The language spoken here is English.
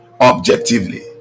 Objectively